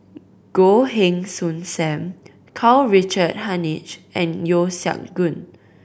Goh Heng Soon Sam Karl Richard Hanitsch and Yeo Siak Goon